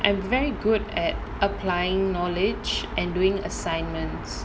I am very good at applying knowledge and doing assignments